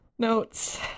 notes